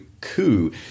coup